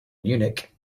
munich